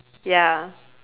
ya